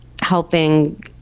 helping